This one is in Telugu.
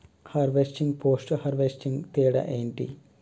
హార్వెస్టింగ్, పోస్ట్ హార్వెస్టింగ్ తేడా ఏంటి?